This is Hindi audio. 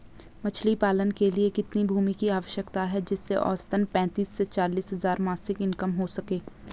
मछली पालन के लिए कितनी भूमि की आवश्यकता है जिससे औसतन पैंतीस से चालीस हज़ार मासिक इनकम हो सके?